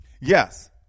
Yes